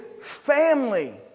family